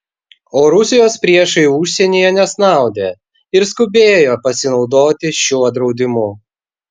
o rusijos priešai užsienyje nesnaudė ir skubėjo pasinaudoti šiuo draudimu